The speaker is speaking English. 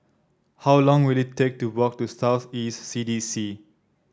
how long will it take to walk to South East C D C